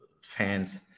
fans